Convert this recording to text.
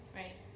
right